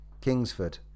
Kingsford